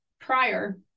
prior